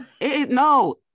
No